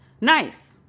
Nice